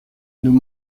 nous